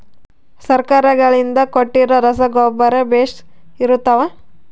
ಸರ್ಕಾರಗಳಿಂದ ಕೊಟ್ಟಿರೊ ರಸಗೊಬ್ಬರ ಬೇಷ್ ಇರುತ್ತವಾ?